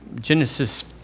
Genesis